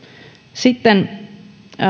sitten